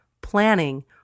planning